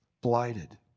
blighted